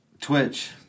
Twitch